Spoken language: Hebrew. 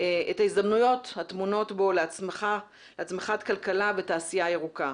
את ההזדמנויות הטמונות בו להצמחת כלכלה ותעשייה ירוקה.